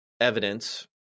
evidence